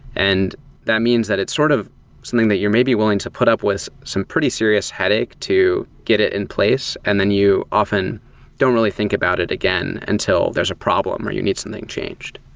and that means that it's sort of something that you're maybe willing to put up with some pretty serious headache to get it in place and then you often don't really think about it again until there's a problem or you need something changed.